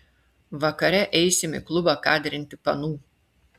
vakare eisim į klubą kadrinti panų